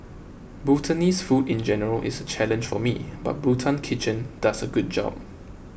Bhutanese food in general is a challenge for me but Bhutan Kitchen does a good job